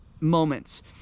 moments